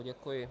Děkuji.